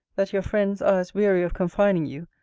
that your friends are as weary of confining you,